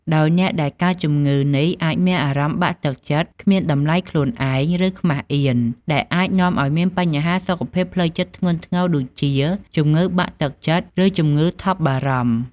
ដោយអ្នកដែលកើតជម្ងឺនេះអាចមានអារម្មណ៍បាក់ទឹកចិត្ត គ្មានតម្លៃខ្លួនឯង ឬខ្មាសអៀន ដែលអាចនាំឱ្យមានបញ្ហាសុខភាពផ្លូវចិត្តធ្ងន់ធ្ងរដូចជា ជំងឺបាក់ទឹកចិត្ត ឬជំងឺថប់បារម្ភ។